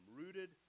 rooted